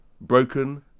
broken